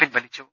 പിൻവലിച്ചു